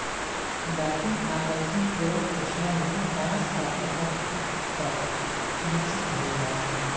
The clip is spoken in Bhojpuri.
दखिन आ दक्षिण पूरब एशिया में बांस काफी हद तक विकसित भईल बा